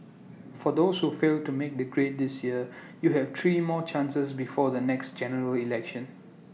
for those who failed to make the grade this year you have three more chances before the next General Election